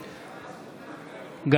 הצביעו.